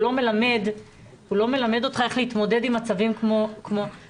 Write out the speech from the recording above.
הוא לא מלמד אותך איך להתמודד עם מצבים כמו שאורן עבר.